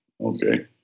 Okay